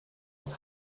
aus